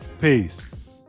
Peace